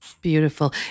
Beautiful